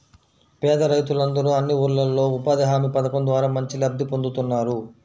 పేద రైతులందరూ అన్ని ఊర్లల్లో ఉపాధి హామీ పథకం ద్వారా మంచి లబ్ధి పొందుతున్నారు